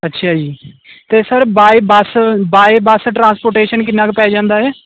ਅੱਛਾ ਜੀ ਤੇ sir by bus by bus transportation ਕਿੰਨਾ ਕੁ ਪੈ ਜਾਂਦਾ